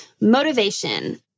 motivation